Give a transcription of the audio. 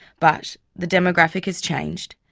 but the demographic has changed,